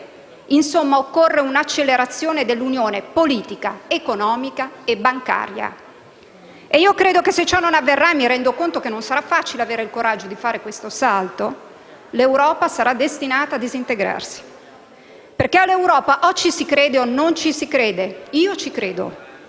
In sostanza, occorre un'accelerazione dell'Unione politica, economica e bancaria. E io credo che se ciò non avverrà - e mi rendo conto che non sarà facile trovare il coraggio per fare questo salto - l'Europa sarà destinata a disintegrarsi, perché all'Europa o ci si crede o non ci si crede. Io ci credo.